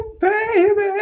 baby